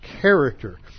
character